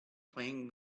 playing